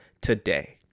today